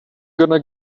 gonna